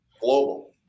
global